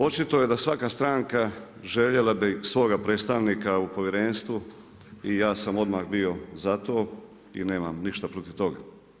Očito je da svaka stranka željela bi svoga predstavnika u Povjerenstvu i ja sam odmah bio za to i nemam ništa protiv toga.